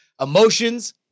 emotions